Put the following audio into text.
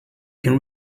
can